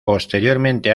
posteriormente